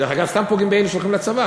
דרך אגב, סתם פוגעים באלה שהולכים לצבא.